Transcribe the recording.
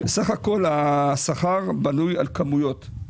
סך הכול השכר בנוי על כמויות,